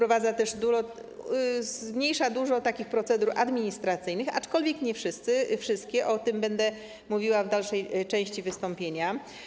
Ogranicza dużo takich procedur administracyjnych, aczkolwiek nie wszystkie, o tym będę mówiła w dalszej części wystąpienia.